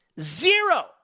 Zero